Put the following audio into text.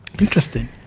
Interesting